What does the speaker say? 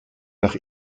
nach